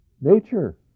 nature